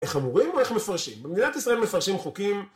איך אמורים או איך מפרשים? במדינת ישראל מפרשים חוקים